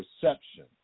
perception